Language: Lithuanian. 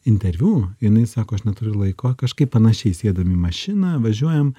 interviu jinai sako aš neturiu laiko kažkaip panašiai sėdam į mašiną važiuojam